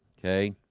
okay.